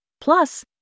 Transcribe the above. Plus